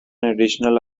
additional